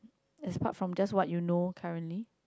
that's part from just what you know currently